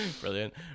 Brilliant